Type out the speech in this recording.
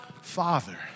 Father